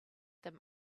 them